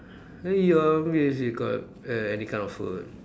got err any kind of food